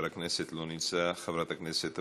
אינו נוכח, חברת הכנסת אבקסיס,